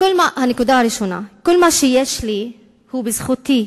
כל מה שיש לי הוא בזכותי,